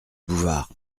bouvard